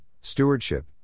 stewardship